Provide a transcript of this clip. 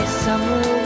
summer